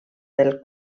del